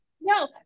No